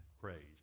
praise